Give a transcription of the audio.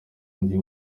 ndi